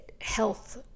health